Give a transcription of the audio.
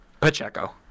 Pacheco